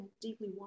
deeply